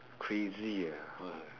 crazy ah